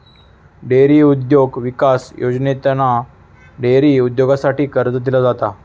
dairy उद्योग विकास योजनेतना डेअरी उद्योगासाठी कर्ज दिला जाता